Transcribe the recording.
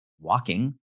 walking